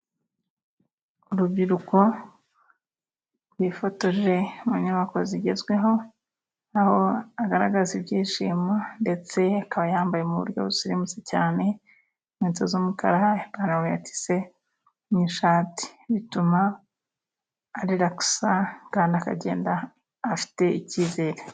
Urubyiruko rwifotoje mu nyubako zigezweho, aho agaragaza ibyishimo ndetse akaba yambaye mu buryo busirimutse cyane, inkweto z'umukara, ipantaro ya tise n'ishati. Bituma ariragisa kandi akagenda afite icyizere.